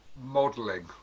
modeling